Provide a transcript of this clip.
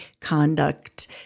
conduct